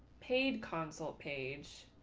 paid console page.